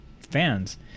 fans